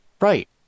Right